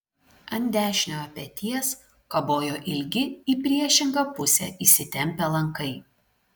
ant dešiniojo peties kabojo ilgi į priešingą pusę įsitempią lankai